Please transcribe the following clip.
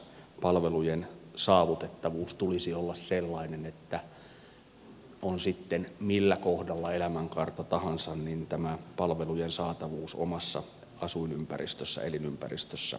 palvelujen saavutettavuuden tulisi olla sellainen että on sitten millä kohdalla elämänkaarta tahansa niin tämä palvelujen saatavuus omassa asuinympäristössä elinympäristössä mahdollistuu